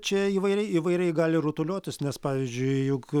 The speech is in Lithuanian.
čia įvairiai įvairiai gali rutuliotis nes pavyzdžiui juk